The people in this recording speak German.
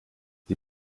die